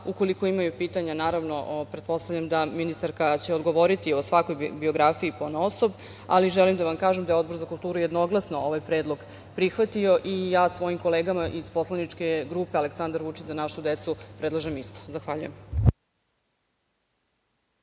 Ukoliko imaju pitanja, naravno, pretpostavljam da će ministarka odgovoriti o svakoj biografiji ponaosob, ali želim da vam kažem da je Odbor za kulturu jednoglasno ovaj predlog prihvatio i ja svojim kolegama iz poslaničke grupe Aleksandar Vučić – Za našu decu predlažem isto. Zahvaljujem.